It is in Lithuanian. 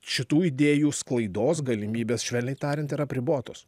šitų idėjų sklaidos galimybės švelniai tariant yra apribotos